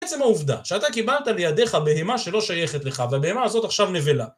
בעצם העובדה שאתה קיבלת לידיך בהמה שלא שייכת לך והבהמה הזאת עכשיו נבלה